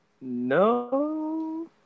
No